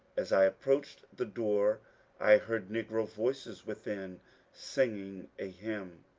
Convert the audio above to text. as i approached the door i heard negro voices within singing a hymn.